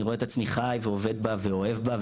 ואני רואה את עצמי חי ועובד בה ואוהב בה,